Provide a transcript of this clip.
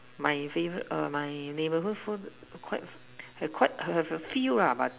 my favorite err my neighborhood food quite have quite have the feel lah but